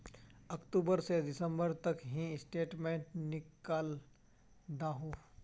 अक्टूबर से दिसंबर तक की स्टेटमेंट निकल दाहू?